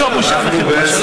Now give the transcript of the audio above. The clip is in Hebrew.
זו בושה וחרפה.